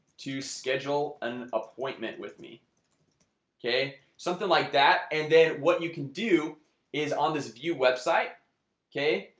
to schedule an appointment with me okay, something like that. and then what you can do is on this view website okay,